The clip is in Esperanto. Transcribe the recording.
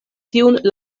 tiun